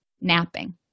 napping